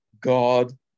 God